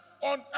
on